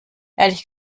ehrlich